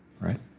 right